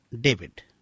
David